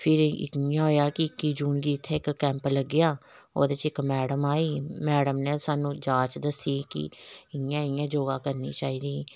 फिर इ'यां होएआ कि इक्की जून गी इ'त्थें इक कैंप लग्गेआ ओह्दे च इक मैडम आई मैडम ने सानूं जाच दस्सी कि इ'यां इ'यां योगा करनी चाहिदी